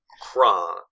Kron